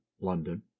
London